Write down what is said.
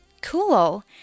Cool